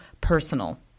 personal